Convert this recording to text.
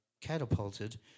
catapulted